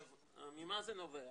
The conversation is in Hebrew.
ממה זה נובע?